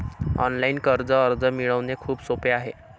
online कर्ज अर्ज मिळवणे खूप सोपे आहे